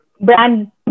Brand